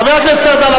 חבר הכנסת ארדן,